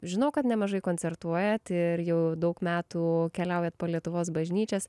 žinau kad nemažai koncertuojat ir jau daug metų keliaujat po lietuvos bažnyčias